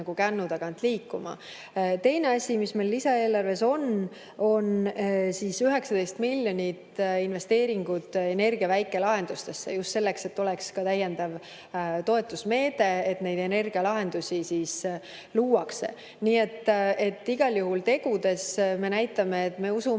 kännu tagant liikuma. Teine asi, mis meil lisaeelarves on, on 19 miljoni euro eest investeeringuid energia väikelahendustesse just selleks, et oleks täiendav toetusmeede, et neid energialahendusi loodaks. Nii et igal juhul tegudega me näitame, et me usume